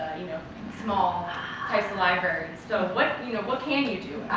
you know small types of libraries. so what, you know, what can you do?